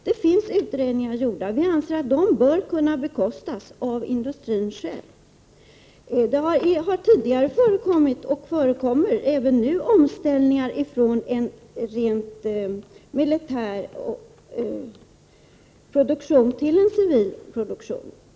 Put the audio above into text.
Det finns utredningar gjorda, och vi anser att åtgärderna bör kunna bekostas av industrin själv. Det har tidigare förekommit och förekommer även nu omställningar från rent militär produktion till civil produktion.